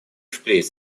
впредь